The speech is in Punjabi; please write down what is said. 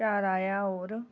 ਘਰ ਆਇਆ ਔਰ